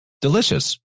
delicious